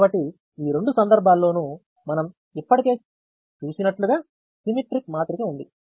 కాబట్టి ఈ రెండు సందర్భాల్లోనూ మనం ఇప్పటికే చూసినట్లుగా సిమెట్రిక్ మాత్రిక ఉంది